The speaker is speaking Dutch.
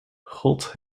god